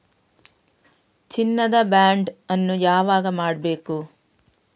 ಚಿನ್ನ ದ ಬಾಂಡ್ ಅನ್ನು ಯಾವಾಗ ಮಾಡಬೇಕು?